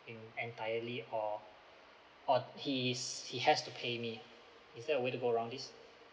in entirely or or he's he has to pay me is there a way to go around this